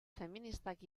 feministak